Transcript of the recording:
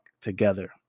together